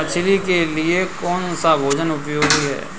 मछली के लिए कौन सा भोजन उपयोगी है?